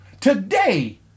Today